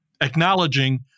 acknowledging